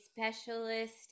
specialist